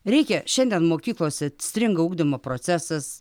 reikia šiandien mokyklose stringa ugdymo procesas